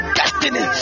destiny